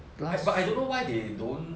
I but I don't know why they don't